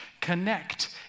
connect